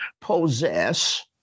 possess